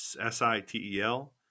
S-I-T-E-L